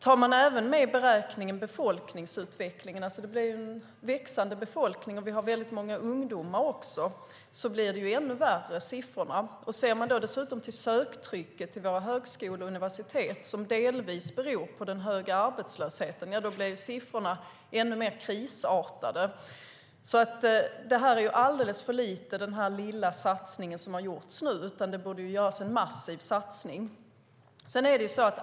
Tar man även med befolkningsutvecklingen i beräkningen - vi har en växande befolkning och väldigt många ungdomar - blir det ännu värre siffror. Ser man dessutom till söktrycket till våra högskolor och universitet, vilket delvis beror på den höga arbetslösheten, blir siffrorna ännu mer krisartade. Den lilla satsning som har gjorts nu är alltså alldeles för liten. Det borde göras en massiv satsning.